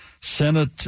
Senate